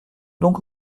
donc